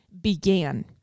began